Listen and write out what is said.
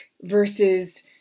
versus